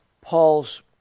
Paul's